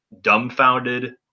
dumbfounded